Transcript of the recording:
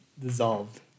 dissolved